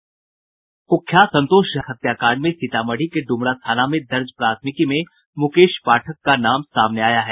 कुख्यात संतोष झा हत्याकांड में सीतामढ़ी के ड्मरा थाना में दर्ज प्राथमिकी में मुकेश पाठक का नाम समने आया है